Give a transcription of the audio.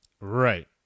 Right